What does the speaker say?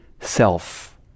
self